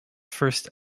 first